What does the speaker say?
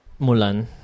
Mulan